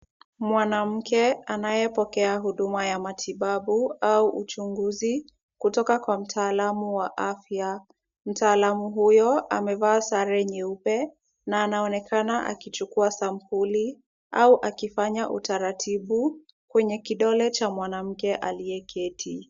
Mwanamke anayepokea huduma ya matibabu au uchunguzi kutoka kwa mtaalamu wa afya, mtaalamu huyo amevaa sare nyeupe na anaonekana akichukua sampuli au akifanya utaratibu kwenye kidole cha mwanamke aliyeketi.